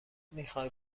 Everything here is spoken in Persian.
میخوای